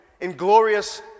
inglorious